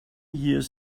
years